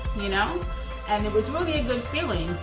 you know and it was really a good feeling.